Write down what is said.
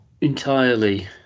entirely